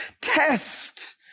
Test